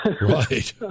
right